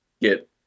get